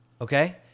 Okay